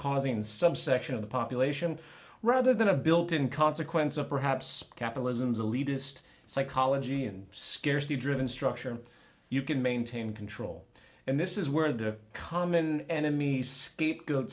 causing subsection of the population rather than a built in consequence of perhaps capitalism is a leader just psychology and scarcity driven structure you can maintain control and this is where the common enemy scapegoat